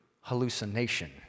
hallucination